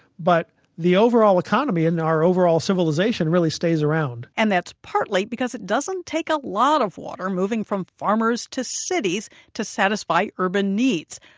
but the overall economy and our overall civilization really stays around. and that's partly because it doesn't take a lot of water shifting from farmers to cities to satisfy urban needs,